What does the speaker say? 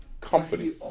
company